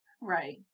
Right